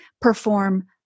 perform